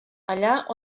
allà